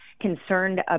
concerned